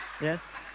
Yes